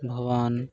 भवान्